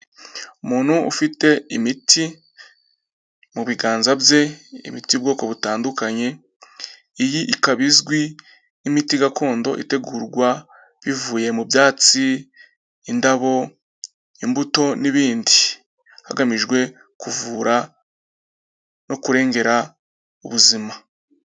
Umuntu ufite imiti mu biganza bye, imiti y'ubwoko butandukanye, iyi ikaba izwi nk'imiti gakondo, itegurwa bivuye mu byatsi, indabo, imbuto n'ibindi, hagamijwe kuvura no kurengera ubuzima.